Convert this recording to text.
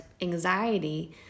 anxiety